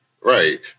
right